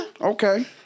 Okay